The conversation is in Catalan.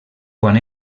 quan